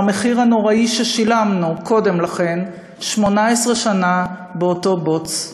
על המחיר הנוראי ששילמנו 18 שנה קודם לכן באותו בוץ,